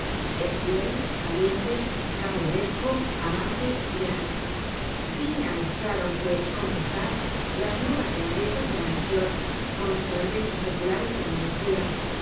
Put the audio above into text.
es fiel valiente caballeresco amante leal viene á mezclar aunque conpe sar las nuevas grandezas de la nacion con las grandezas seculares de la monarquía